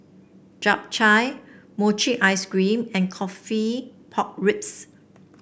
Chap Chai Mochi Ice Cream and coffee Pork Ribs